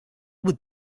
would